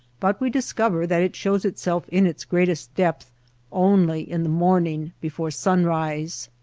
but we discover that it shows itself in its greatest depth only in the morning before sunrise.